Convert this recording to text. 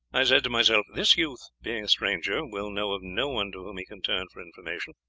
i said to myself this youth, being a stranger, will know of no one to whom he can turn for information,